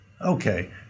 Okay